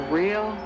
real